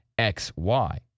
XY